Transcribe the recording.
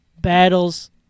battles